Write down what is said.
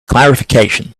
clarification